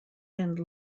and